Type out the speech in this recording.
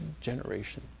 generation